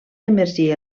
emergir